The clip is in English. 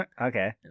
Okay